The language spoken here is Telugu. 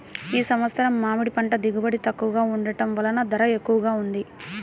ఈ సంవత్సరం మామిడి పంట దిగుబడి తక్కువగా ఉండటం వలన ధర ఎక్కువగా ఉంది